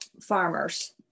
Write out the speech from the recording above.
farmers